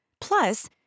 Plus